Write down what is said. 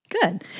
good